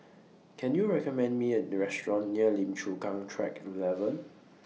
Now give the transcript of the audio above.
Can YOU recommend Me A Restaurant near Lim Chu Kang Track eleven